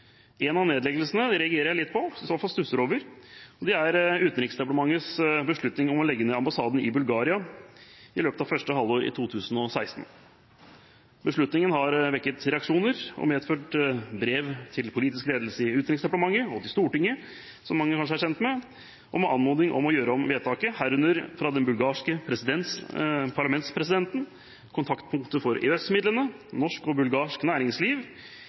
En av nedleggelsene reagerer jeg litt på – eller stusser jeg over. Det gjelder Utenriksdepartementets beslutning om å legge ned ambassaden i Bulgaria i løpet av første halvår 2016. Beslutningen har vekket reaksjoner og medført brev til politisk ledelse i Utenriksdepartementet og til Stortinget – som mange kanskje er kjent med – med anmodning om å gjøre om vedtaket, herunder brev fra den bulgarske parlamentspresidenten, kontaktpunktet for EØS-midlene, norsk og bulgarsk næringsliv